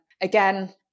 again